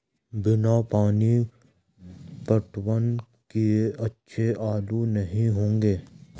बिना पानी पटवन किए अच्छे आलू नही होंगे